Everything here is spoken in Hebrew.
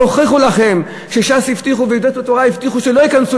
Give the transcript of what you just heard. כשיוכיחו לכם שש"ס הבטיחו ויהדות התורה הבטיחו שלא ייכנסו